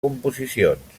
composicions